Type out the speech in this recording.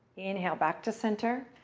inhale, back to center.